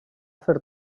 fer